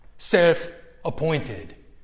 Self-appointed